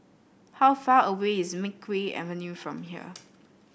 how far away is Makeway Avenue from here